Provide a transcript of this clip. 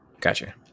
Gotcha